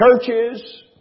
churches